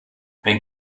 ein